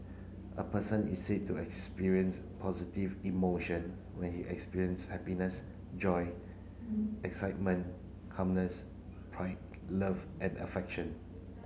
a person is said to experience positive emotion when he experience happiness joy excitement calmness pride love and affection